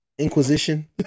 inquisition